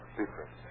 different